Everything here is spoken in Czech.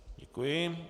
Děkuji.